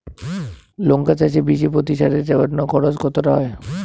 লঙ্কা চাষে বিষে প্রতি সারের জন্য খরচ কত হয়?